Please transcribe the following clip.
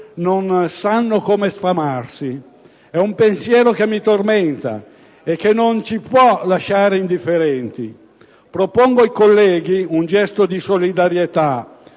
non sa come sfamarsi: è un pensiero che mi tormenta e che non ci può lasciare indifferenti. Propongo ai colleghi un gesto di solidarietà,